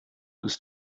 ist